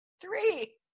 Three